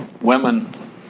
women